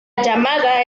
llamada